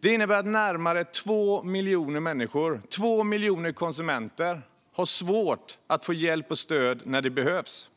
Det innebär att närmare 2 miljoner människor - 2 miljoner konsumenter - har svårt att få hjälp och stöd när det behövs.